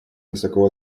высоко